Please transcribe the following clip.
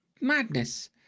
madness